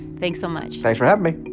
thanks so much thanks for having me